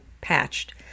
patched